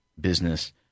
business